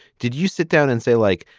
did you sit down and say, like,